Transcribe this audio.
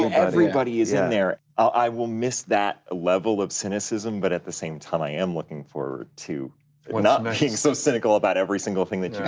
everybody is in there. i will miss that level of cynicism, but at the same time i am looking forward to not not being so cynical about every single thing that you